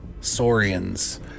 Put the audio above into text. saurians